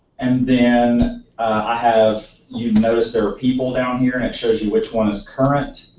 and then i have you notice there are people down here and it shows you which one is current,